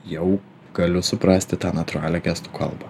jau galiu suprasti tą natūralią gestų kalbą